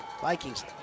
Vikings